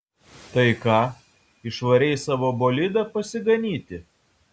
tai ką išvarei savo bolidą pasiganyti